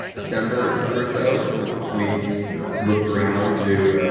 december or so we looked around to